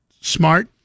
smart